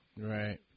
Right